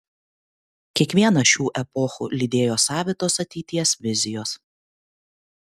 kiekvieną šių epochų lydėjo savitos ateities vizijos